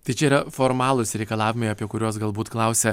tai čia yra formalūs reikalavimai apie kuriuos galbūt klausia